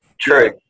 true